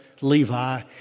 Levi